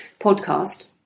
podcast